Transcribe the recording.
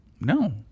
No